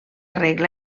regla